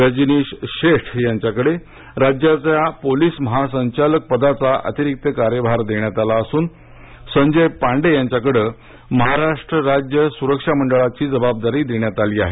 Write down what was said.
रजनीश शेठ यांच्याकडे राज्याच्या पोलीस महासंचालक पदाचा अतिरिक्त कार्यभार देण्यात आला असून संजय पांडे यांच्याकडे महाराष्ट्र राज्य सुरक्षा महामंडळाची जबाबदारी देण्यात आली आहे